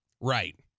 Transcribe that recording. Right